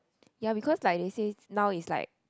ya because like they say now is like